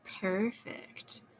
Perfect